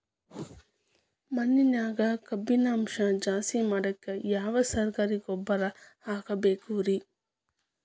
ಮಣ್ಣಿನ್ಯಾಗ ಕಬ್ಬಿಣಾಂಶ ಜಾಸ್ತಿ ಮಾಡಾಕ ಯಾವ ಸರಕಾರಿ ಗೊಬ್ಬರ ಹಾಕಬೇಕು ರಿ?